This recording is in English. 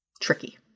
tricky